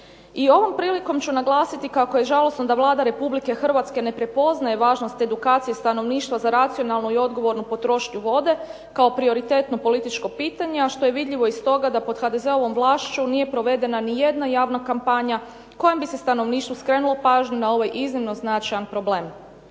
ovom prilikom ću naglasiti kao je žalosno da Vlada Republike Hrvatske ne prepoznaje važnost edukacije stanovništva za racionalnu i odgovornu potrošnju vode kao prioritetno političko pitanje, a što je vidljivo iz toga da pod HDZ-ovom vlašću nije provedena ni jedna javna kampanja kojom bi se stanovništvu skrenulo pažnju na ovaj iznimno značajan problem.